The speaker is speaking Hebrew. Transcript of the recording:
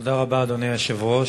תודה רבה, אדוני היושב-ראש.